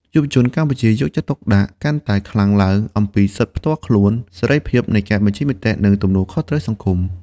យុវជនកម្ពុជាយកចិត្តទុកដាក់កាន់តែខ្លាំងឡើងអំពីសិទ្ធិផ្ទាល់ខ្លួន សេរីភាពនៃការបញ្ចេញមតិ និងទំនួលខុសត្រូវសង្គម។